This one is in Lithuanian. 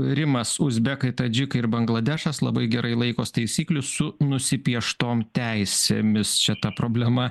rimas uzbekai tadžikai ir bangladešas labai gerai laikos taisyklių su nusipieštom teisėmis čia ta problema